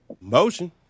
Motion